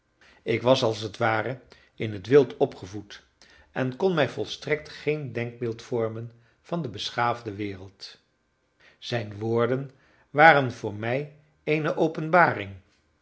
ik was als het ware in het wild opgevoed en kon mij volstrekt geen denkbeeld vormen van de beschaafde wereld zijn woorden waren voor mij eene openbaring